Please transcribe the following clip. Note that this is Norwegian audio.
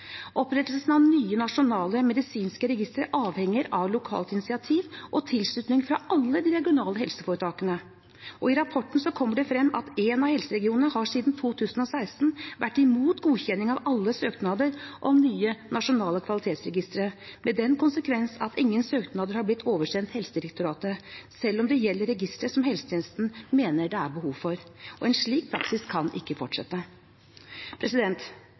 Opprettelsen av nye nasjonale medisinske registre avhenger av lokalt initiativ og tilslutning fra alle de regionale helseforetakene. I rapporten kommer det frem at en av helseregionene siden 2016 har vært imot godkjenning av alle søknader om nye nasjonale kvalitetsregistre, med den konsekvens at ingen søknader har blitt oversendt Helsedirektoratet, selv om det gjelder registre som helsetjenesten mener det er behov for. En slik praksis kan ikke fortsette.